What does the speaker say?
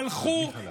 הלכו,